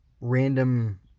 random